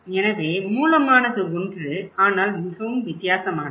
எனவே மூலமானது ஒன்று ஆனால் மிகவும் வித்தியாசமானது